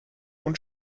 und